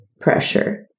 pressure